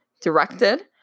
directed